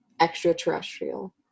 extraterrestrial